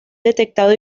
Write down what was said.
detectado